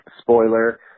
spoiler